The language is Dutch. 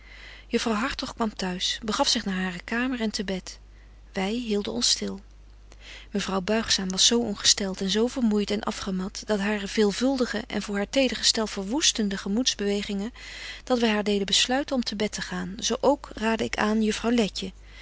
juffrouw hartog kwam t'huis begaf zich naar hare kamer en te bed wy hielden ons stil mevrouw buigzaam was zo ongestelt en zo vermoeit en afgemat door hare veelvuldige en voor haar teder gestel verwoestende gemoedsbewegingen dat wy haar deden besluiten om te bed te gaan zo ook raadde ik aan juffrouw letje